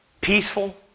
peaceful